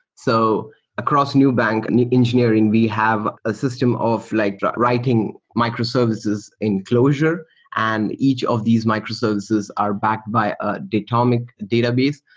so across nubank and engineering, we have a system of like writing microservices enclosure and each of these microservices are backed by a datomic database.